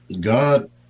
God